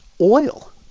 Oil